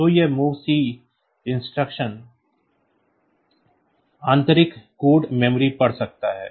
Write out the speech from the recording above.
तो यह MOVC निर्देश आंतरिक कोड मेमोरी पढ़ सकता है